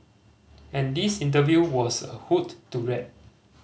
and this interview was a hoot to read